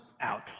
out